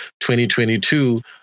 2022